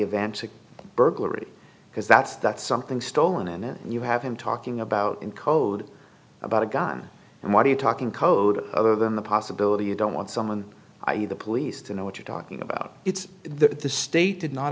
the burglary because that's that's something stolen and if you have him talking about in code about a gun and what are you talking code other than the possibility you don't want someone i e the police to know what you're talking about it's the state did not